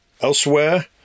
Elsewhere